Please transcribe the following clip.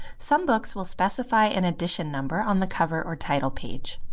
some books will specify an edition number on the cover or title page.